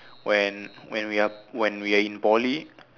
when when we're when we're in poly